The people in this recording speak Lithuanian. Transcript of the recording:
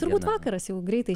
turbūt vakaras jau greitai